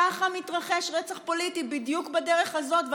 ככה מתרחש רצח פוליטי, בדיוק בדרך הזאת.